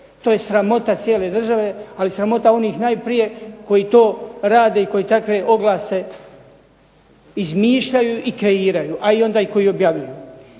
To je sramota cijele države, ali sramota onih najprije koji to rade i koji takve odluke izmišljaju i kreiraju, a onda i oni koji objavljuju.